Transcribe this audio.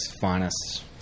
finest